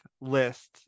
list